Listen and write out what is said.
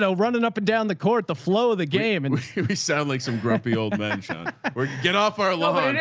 know, running up and down the court, the flow of the game. and we sound like some grumpy old men get off our level,